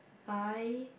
I